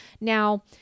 Now